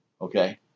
okay